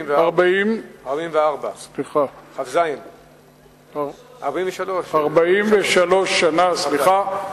43. 43 שנה, סליחה.